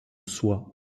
soie